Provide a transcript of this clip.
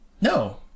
No